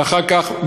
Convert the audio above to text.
ואחר כך,